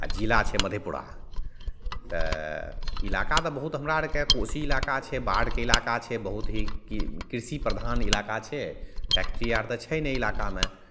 आओर जिला छै मधेपुरा तऽ इलाका तऽ बहुत हमरा आओरके बहुत कोशी इलाका छै बाढ़िके इलाका छै बहुत ही कृषि प्रधान इलाका छै फैक्टरी आओर तऽ छै नहि इलाकामे